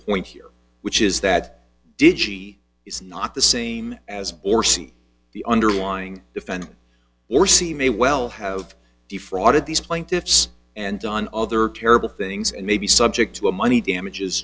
here which is that did she is not the same as or see the underlying defendant or c may well have defrauded these plaintiffs and done other terrible things and may be subject to a money damages